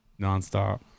nonstop